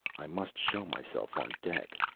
i must show myself on deck,